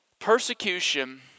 Persecution